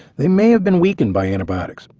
they may have been weakened by antibiotics,